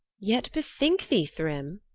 yet bethink thee, thrym,